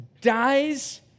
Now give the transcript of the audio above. dies